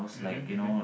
mmhmm mmhmm